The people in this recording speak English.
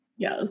Yes